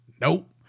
Nope